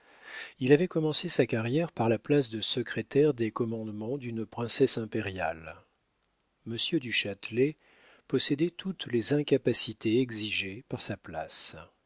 il avait commencé sa carrière par la place de secrétaire des commandements d'une princesse impériale monsieur du châtelet possédait toutes les incapacités exigées par sa place